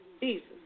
Jesus